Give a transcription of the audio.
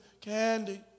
candy